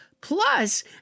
Plus